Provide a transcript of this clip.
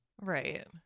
right